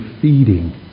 feeding